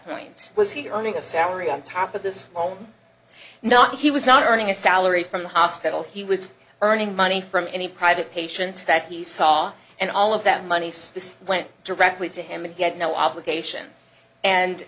means was he earning a salary on top of this home or not he was not earning a salary from the hospital he was earning money from any private patients that he saw and all of that money went directly to him and he had no obligation and